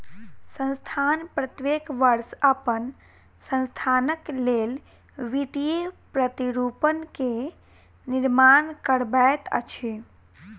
संस्थान प्रत्येक वर्ष अपन संस्थानक लेल वित्तीय प्रतिरूपण के निर्माण करबैत अछि